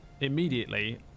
immediately